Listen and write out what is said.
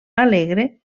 alegre